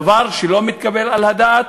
דבר שלא מתקבל על הדעת,